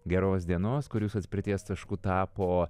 geros dienos kur jūsų atspirties tašku tapo